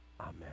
Amen